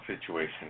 situation